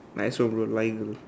I also bro eagle